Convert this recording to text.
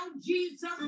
Jesus